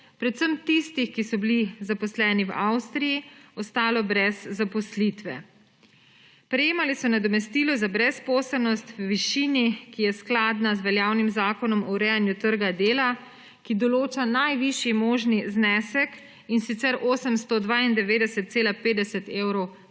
predvsem tistih, ki so bili zaposleni v Avstriji, ostalo brez zaposlitve. Prejemali so nadomestilo za brezposelnost v višini, ki je skladna z veljavnim Zakonom o urejanju trga dela, ki določa najvišji možni znesek, in sicer 892,50 evra bruto,